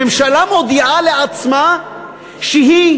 ממשלה מודיעה לעצמה שהיא